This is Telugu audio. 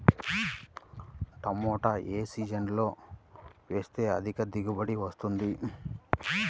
టమాటా ఏ సీజన్లో వేస్తే అధిక దిగుబడి వస్తుంది?